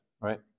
right